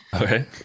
okay